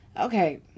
okay